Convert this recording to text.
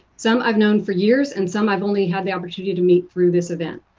some i've known for years and some i've only had the opportunity to meet through this event.